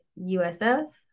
USF